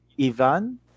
Ivan